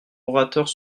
orateurs